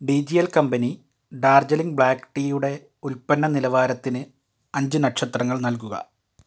D G L company Darjeeling black ടീയുടെ ഉൽപ്പന്ന നിലവാരത്തിന് അഞ്ച് നക്ഷത്രങ്ങൾ നൽകുക